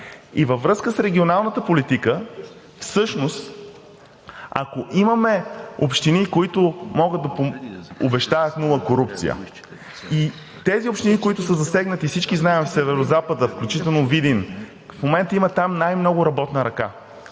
И във връзка с регионалната политика всъщност, ако имаме общини, които могат да обещаят нула корупция, и тези общини, които са засегнати –всички знаем за Северозапада, включително Видин в момента там има най-много работна ръка,